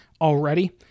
already